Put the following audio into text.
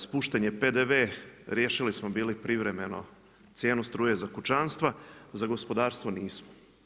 Spuštanjem PDV-a riješili smo bili privremeno cijenu struje za kućanstva, za gospodarstvo nismo.